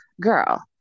girl